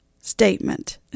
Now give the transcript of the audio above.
statement